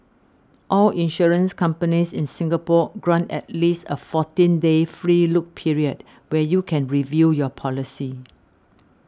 all insurance companies in Singapore grant at least a fourteen day free look period where you can review your policy